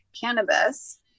cannabis